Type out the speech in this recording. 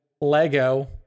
Lego